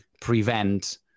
prevent